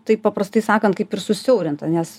taip paprastai sakant kaip ir susiaurinta nes